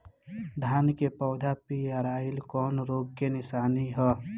धान के पौधा पियराईल कौन रोग के निशानि ह?